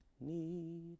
need